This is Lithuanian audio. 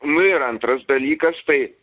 nu ir antras dalykas tai